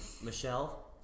Michelle